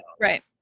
right